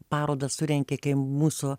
parodą surengė kai mūsų